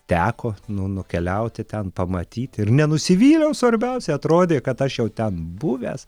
teko nu nukeliauti ten pamatyti ir nenusivyliau svarbiausia atrodė kad aš jau ten buvęs